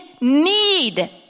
need